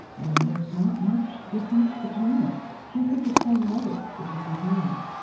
and there's not much difference between them highsmith would sign letters with ripley's name.